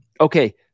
Okay